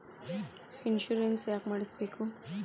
Insurance ಯಾಕ್ ಮಾಡಿಸಬೇಕು?